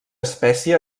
espècie